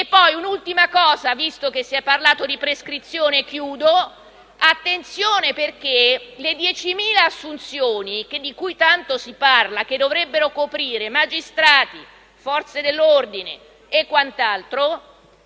considerazione, visto che si è parlato di prescrizione: fate attenzione, perché le 10.000 assunzioni, di cui tanto si parla e che dovrebbero coprire magistrati, Forze dell'ordine e mi pare